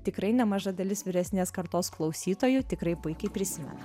tikrai nemaža dalis vyresnės kartos klausytojų tikrai puikiai prisimena